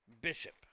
Bishop